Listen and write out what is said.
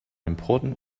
important